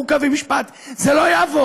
חוק ומשפט זה לא יעבור,